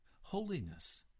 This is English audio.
holiness